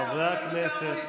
חברי הכנסת.